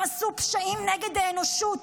הם עשו פשעים נגד האנושות,